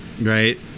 Right